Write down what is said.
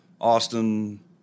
Austin